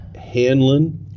Hanlon